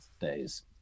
days